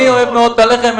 אני אוהב מאוד את הלחם.